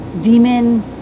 demon